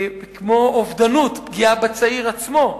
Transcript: אובדנות, פגיעה בצעיר עצמו,